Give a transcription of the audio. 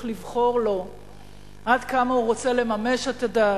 לבחור לו עד כמה הוא רוצה לממש את הדת.